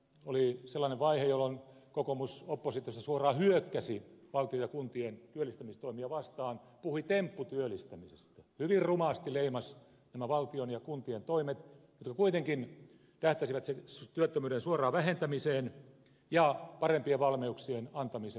oli sellainen vaihe jolloin kokoomus oppositiossa suoraan hyökkäsi valtion ja kuntien työllistämistoimia vastaan puhui tempputyöllistämisestä hyvin rumasti leimasi nämä valtion ja kuntien toimet jotka kuitenkin tähtäsivät työttömyyden suoraan vähentämiseen ja parempien valmiuksien antamiseen työttömille